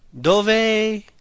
Dove